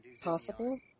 Possible